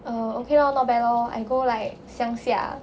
err okay lor not bad lor I go like 乡下